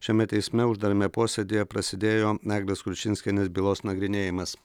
šiame teisme uždarame posėdyje prasidėjo eglės kručinskienės bylos nagrinėjimas